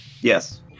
yes